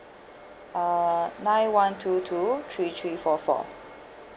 uh nine one two two three three four four